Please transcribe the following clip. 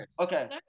Okay